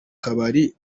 kabari